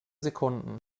sekunden